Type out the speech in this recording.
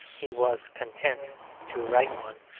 he was content to write one.